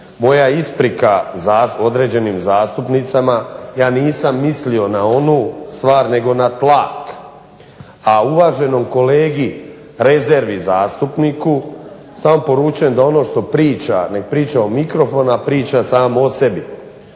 Moja isprika određenim zastupnicama. Ja nisam mislio na onu stvar, nego na tlak, a uvaženom kolegi rezervi zastupniku samo poručujem da ono što priča nek priča u mikrofon, a priča sam o sebi.